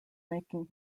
making